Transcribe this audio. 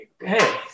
Hey